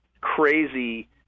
crazy